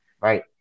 right